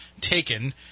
taken